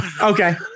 Okay